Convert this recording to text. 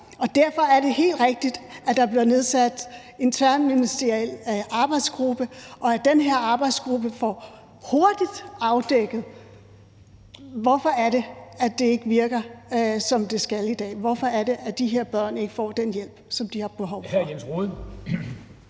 derfor er det helt rigtigt, at der bliver nedsat en tværministeriel arbejdsgruppe, og at den her arbejdsgruppe hurtigt får afdækket, hvorfor det er, at det ikke virker, som det skal, i dag, og hvorfor det er, at de her børn ikke får den hjælp, som de har behov for.